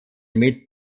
mit